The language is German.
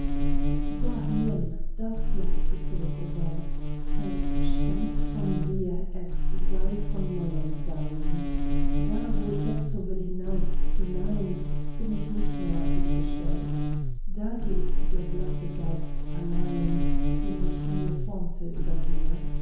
da nimm das laß ich dir zurück owelt es stammt von dir es sei von neuem dein da wo ich jetzo will hinaus hinein bin ich nicht mehr auf dich gestellt da gilt der blasse geist allein den ich mir formte über dir